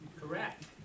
Correct